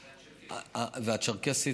והצ'רקסית.